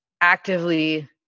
actively